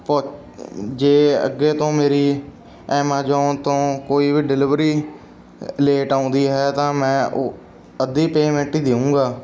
ਪੁ ਜੇ ਅੱਗੇ ਤੋਂ ਮੇਰੀ ਐਮਾਜੋਨ ਤੋਂ ਕੋਈ ਵੀ ਡਿਲੀਵਰੀ ਲੇਟ ਆਉਂਦੀ ਹੈ ਤਾਂ ਮੈਂ ਉਹ ਅੱਧੀ ਪੇਮੈਂਟ ਹੀ ਦੇਊਂਗਾ